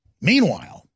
Meanwhile